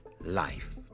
Life